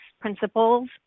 principles